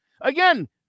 again